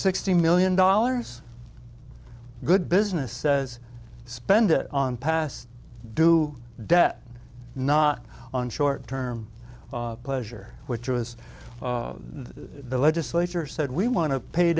sixty million dollars good business says spend it on past due debt not on short term pleasure which was the legislature said we want to pay